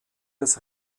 des